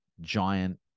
giant